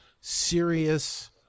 serious